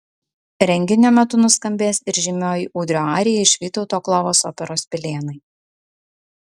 renginio metu nuskambės ir žymioji ūdrio arija iš vytauto klovos operos pilėnai